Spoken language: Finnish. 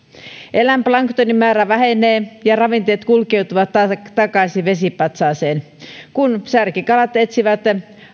eläinplanktonin määrä vähenee ja ravinteet kulkeutuvat takaisin vesipatsaaseen kun särkikalat etsivät